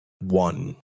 one